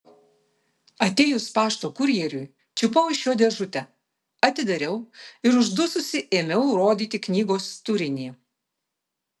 atėjus pašto kurjeriui čiupau iš jo dėžutę atidariau ir uždususi ėmiau rodyti knygos turinį